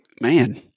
man